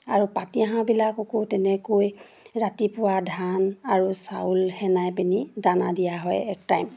আৰু পাতিহাঁহবিলাককো তেনেকৈ ৰাতিপুৱা ধান আৰু চাউল সেনাই পিনি দানা দিয়া হয় এক টাইম